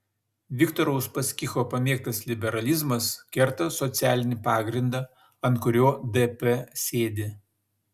viktoro uspaskicho pamėgtas liberalizmas kerta socialinį pagrindą ant kurio dp sėdi